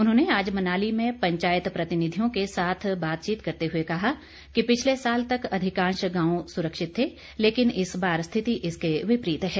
उन्होंने आज मनाली में पंचायत प्रतिनिधियों के साथ बातचीत करते हुए कहा कि पिछले साल तक अधिकांश गांव सुरक्षित थे लेकिन इस बार स्थिति इसके विपरीत है